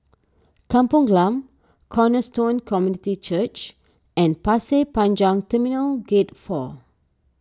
Kampung Glam Cornerstone Community Church and Pasir Panjang Terminal Gate four